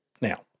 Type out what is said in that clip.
now